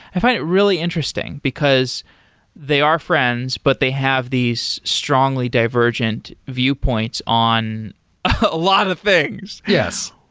i find it really interesting, because they are friends, but they have these strongly divergent viewpoints on a lot of things. yes.